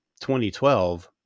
2012